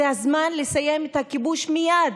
זה הזמן לסיים את הכיבוש מייד